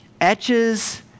etches